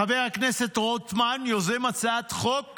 חבר הכנסת רוטמן יוזם הצעת חוק